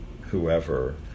whoever